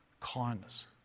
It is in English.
kindness